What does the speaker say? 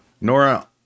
nora